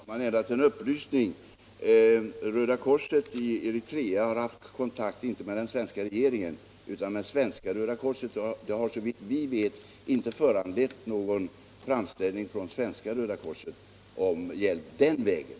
Herr talman! Endast en upplysning. Röda korset i Eritrea har haft kontakt inte med den svenska regeringen utan med Svenska röda korset. Dessa kontakter har såvitt vi vet inte föranlett någon framställning från Svenka röda korset om hjälp den vägen.